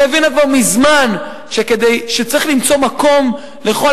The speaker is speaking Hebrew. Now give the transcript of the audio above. שהבינה כבר מזמן שצריך למצוא מקום לכל